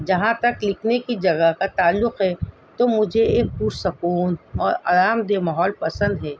جہاں تک لکھنے کی جگہ کا تعلق ہے تو مجھے ایک پرسکون اور آرام دہ ماحول پسند ہے